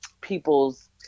people's